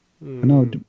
No